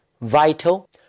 vital